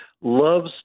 loves